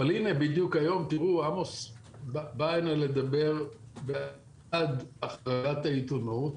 הנה בדיוק היום עמוס בא הנה לדבר בעד החרגת העיתונות,